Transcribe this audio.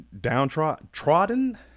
downtrodden